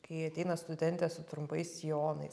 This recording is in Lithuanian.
kai ateina studentės su trumpais sijonais